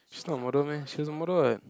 she's not a model meh she's a model [what]